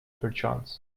perchance